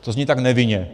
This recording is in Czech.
To zní tak nevinně.